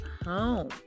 home